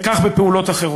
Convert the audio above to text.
וכך בפעולות אחרות.